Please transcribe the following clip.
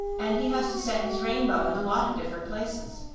and he has to set his rainbow in a lot of different places.